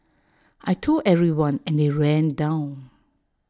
I Told everyone and they ran down